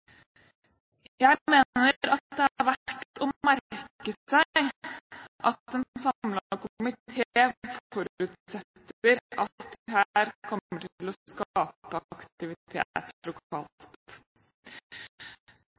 Jeg mener det er verdt å merke seg at en samlet komité forutsetter at dette kommer til å skape aktivitet